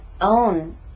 own